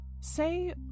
say